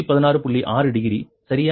6 degree சரியா